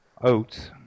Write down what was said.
oats